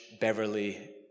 Beverly